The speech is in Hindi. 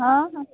हाँ हाँ